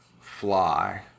fly